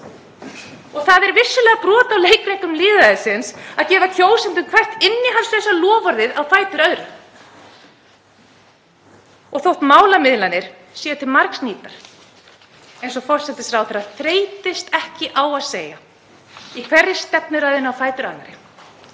Og það er vissulega brot á leikreglum lýðræðisins að gefa kjósendum hvert innihaldslausa loforðið á fætur öðru. Þótt málamiðlanir séu til margs nýtar, eins og forsætisráðherra þreytist ekki á að segja í hverri stefnuræðunni á fætur